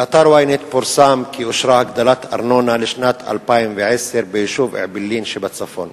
ב-Ynet פורסם כי אושרה הגדלת ארנונה לשנת 2010 ביישוב אעבלין שבצפון.